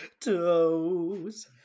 toes